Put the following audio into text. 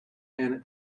and